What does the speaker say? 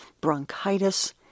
bronchitis